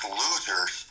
losers